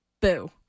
boo